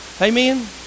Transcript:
Amen